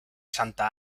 santa